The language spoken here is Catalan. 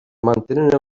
mantenen